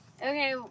Okay